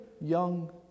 young